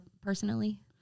personally